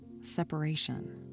Separation